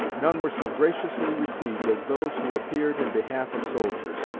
none were so graciously received as those who appeared in behalf of soldiers.